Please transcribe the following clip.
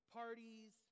parties